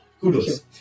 kudos